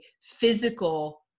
physical